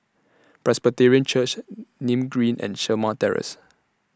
Presbyterian Church Nim Green and Shamah Terrace